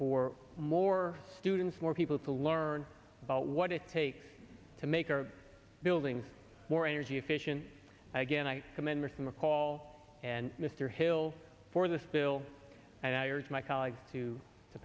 for more students more people to learn about what it takes to make our buildings more energy efficient again i commend personal call and mr hill for this bill and i years my colleagues to